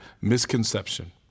misconception